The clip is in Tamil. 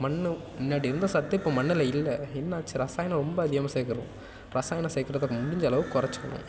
மண் முன்னாடி இருந்த சத்து இப்போ மண்ணில் இல்லை என்ன ஆச்சு ரசாயனம் ரொம்ப அதிகமாக சேர்க்குறோம் ரசாயனம் சேர்க்குறத முடிந்த அளவுக்கு குறச்சிக்கணும்